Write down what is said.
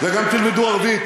וגם תלמדו עברית,